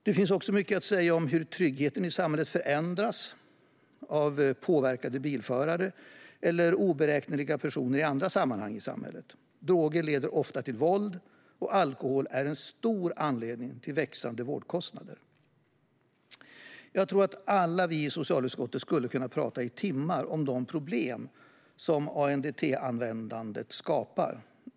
Det finns också mycket att säga om hur tryggheten i samhället förändras av påverkade bilförare eller oberäkneliga personer i andra sammanhang i samhället. Droger leder ofta till våld, och alkohol är en stor anledning till växande vårdkostnader. Jag tror att alla vi i socialutskottet skulle kunna prata i timmar om de problem som ANDT-användandet skapar.